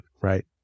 right